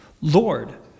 Lord